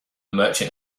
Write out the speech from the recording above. merchant